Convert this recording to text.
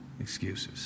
excuses